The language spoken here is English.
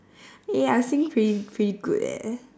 eh I sing pretty pretty good eh